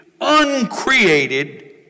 uncreated